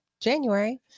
January